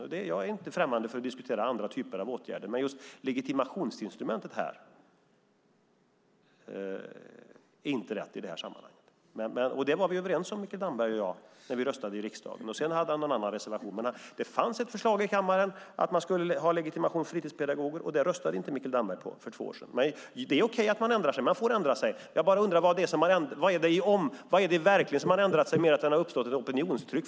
Jag är inte främmande för att diskutera andra typer av åtgärder. Men legitimationsinstrumentet är inte rätt i det här sammanhanget. Det var vi överens om Mikael Damberg och jag när vi röstade i riksdagen. Sedan hade han någon annan reservation. Men det fanns ett förslag i kammaren att man skulle ha legitimation för fritidspedagoger, och Mikael Damberg röstade inte på det för två år sedan. Det är okej att man ändrar sig. Man får ändra sig. Jag bara undrar: Vad är det i verkligheten som har ändrat sig mer än att det har uppstått ett opinionstryck?